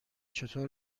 چطور